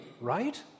right